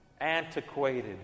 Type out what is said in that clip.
antiquated